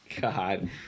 God